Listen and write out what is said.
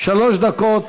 שלוש דקות